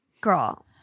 Girl